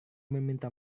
meminta